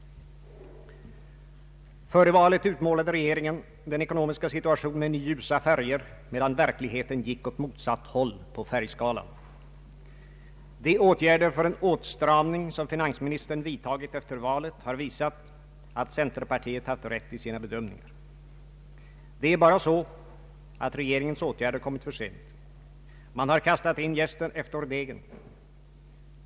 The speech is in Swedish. Före valet utmålade regeringen den ekonomiska situationen i ljusa färger medan verkligheten gick åt motsatt håll på färgskalan. De åtgärder för en åtstramning som finansministern vidtagit efter valet har visat att centerpartiet haft rätt i sina bedömningar. Det är bara så att regeringens åtgärder kommit för sent. Man har kastat in jästen efter degen.